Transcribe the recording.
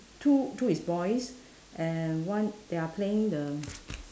two two is boys and one they are playing the